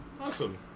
Awesome